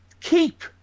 Keep